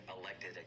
elected